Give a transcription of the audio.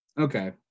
Okay